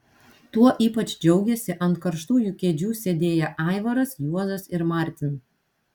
tuo ypač džiaugėsi ant karštųjų kėdžių sėdėję aivaras juozas ir martin